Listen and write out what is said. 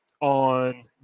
on